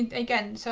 and again, so